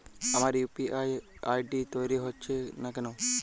আমার UPI ID তৈরি হচ্ছে না কেনো?